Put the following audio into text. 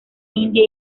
india